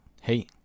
hey